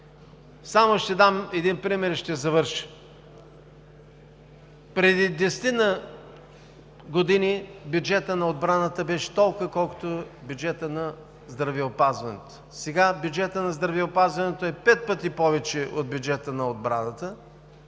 Само ще дам един пример и ще завърша. Преди десетина години бюджетът на отбраната беше толкова, колкото беше бюджетът на здравеопазването. Сега бюджетът на здравеопазването е пет пъти повече от бюджета на отбраната